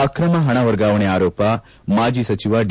ಅಕ್ರಮ ಹಣ ವರ್ಗಾವಣೆ ಆರೋಪ ಮಾಜಿ ಸಚಿವ ಡಿ